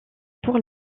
pour